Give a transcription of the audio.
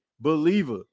believer